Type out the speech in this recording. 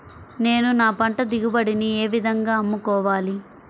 నేను నా పంట దిగుబడిని ఏ విధంగా అమ్ముకోవాలి?